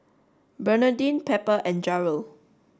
Bernardine Pepper and Jarrell